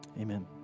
amen